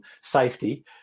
safety